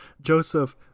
Joseph